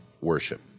worship